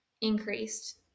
increased